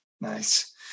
Nice